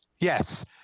Yes